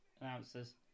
announcers